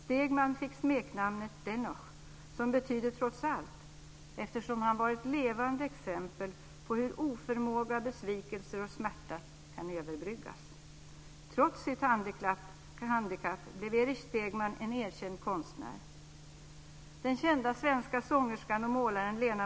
Stegmann fick smeknamnet Dennoch, som betyder trots allt, eftersom han var ett levande exempel på hur oförmåga, besvikelser och smärta kan överbryggas. Trots sitt handikapp blev Erich Stegmann en erkänd konstnär.